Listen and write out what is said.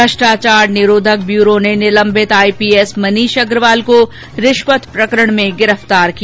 भ्रष्टाचार निरोधक ब्यूरो ने निलम्बित आईपीएस मनीष अग्रवाल को रिश्वत प्रकरण में गिरफ्तार किया